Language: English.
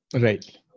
right